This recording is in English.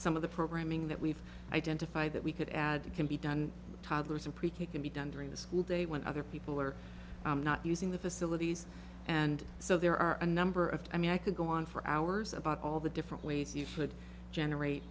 some of the programming that we've identified that we could add can be done toddlers in pre k can be done during the school day when other people are not using the facilities and so there are a number of i mean i could go on for hours about all the different ways you should generate